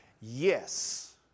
yes